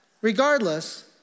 Regardless